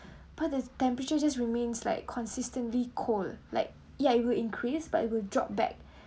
but the temperature just remains like consistently cold like ya it will increase but it will drop back